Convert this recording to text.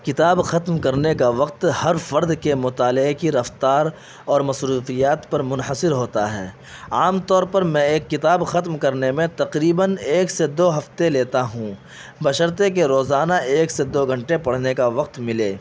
کتاب ختم کرنے کا وقت ہر فرد کے مطالعے کی رفتار اور مصروفیات پر منحصر ہوتا ہے عام طور پر میں ایک کتاب ختم کرنے میں تقریباً ایک سے دو ہفتے لیتا ہوں بشرطیکہ روزانہ ایک سے دو گھنٹے پڑھنے کا وقت ملے